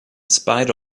spite